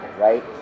right